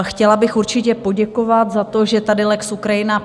Chtěla bych určitě poděkovat za to, že tady lex Ukrajina